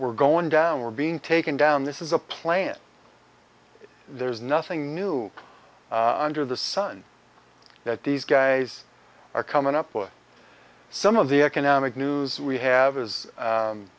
we're going down we're being taken down this is a plant there's nothing new under the sun that these guys are coming up with some of the economic news we have is